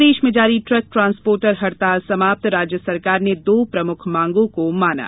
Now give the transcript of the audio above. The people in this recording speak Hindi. प्रदेश में जारी ट्रक ट्रांसपोर्टर हड़ताल समाप्त राज्य सरकार ने दो प्रमुख मांगों को माना